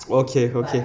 okay okay